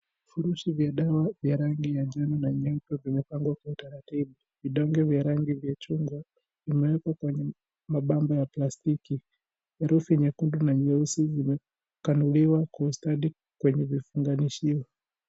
Vifurushi vya dawa vya rangi ya njano na nyeupe vimepangwa kwa utaratibu. Vidonge vya rangi vya chungwa vimewekwa kwenye mabamba ya plastiki herufi nyekundu na nyeusi zimenakuliwa kwa ustadi kwenye vifungashio.